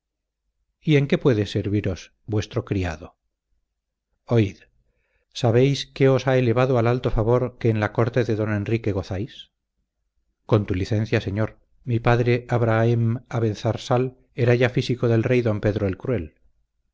y en qué puede serviros vuestro criado oíd sabéis qué os ha elevado al alto favor que en la corte de don enrique gozáis con tu licencia señor mi padre abrahem abenzarsal era ya físico del rey don pedro el cruel